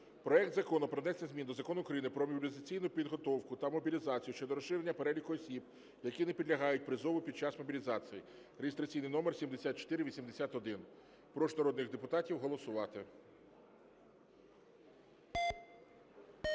проект Закону про внесення змін до Закону України "Про мобілізаційну підготовку та мобілізацію" щодо розширення переліку осіб, які не підлягають призову під час мобілізації (реєстраційний номер 7481). Прошу народних депутатів голосувати. 13:41:44